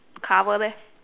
cover leh